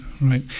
right